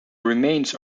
remains